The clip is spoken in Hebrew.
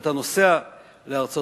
כשאתה נוסע לארצות-הברית,